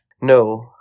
No